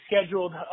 scheduled